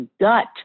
gut